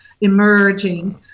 emerging